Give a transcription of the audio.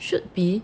should be